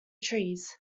trees